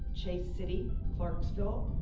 chase city, clarksville,